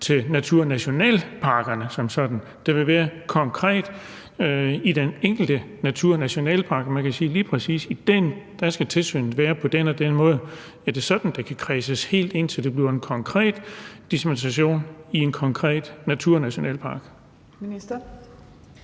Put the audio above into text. til naturnationalparkerne som sådan? Det vil være konkret i den enkelte naturnationalpark, at man kan sige, at i lige præcis den skal tilsynet være på den og den måde. Er det sådan, at det kan kredses helt ind, så det bliver en konkret dispensation i en konkret naturnationalpark? Kl.